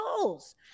goals